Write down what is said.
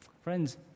friends